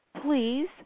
Please